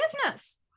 forgiveness